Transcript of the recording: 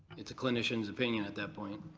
it's a clinician's opinion at that point.